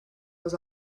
was